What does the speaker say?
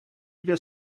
dvě